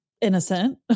innocent